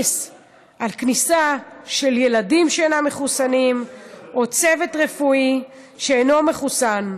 כניסה של ילדים שאינם מחוסנים או צוות רפואי שאינו מחוסן,